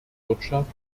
wirtschaft